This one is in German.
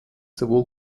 sowohl